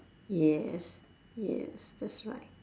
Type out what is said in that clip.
yes yes that's right